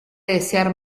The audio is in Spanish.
desear